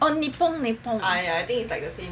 oh Nippon Nippon